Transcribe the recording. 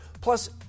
Plus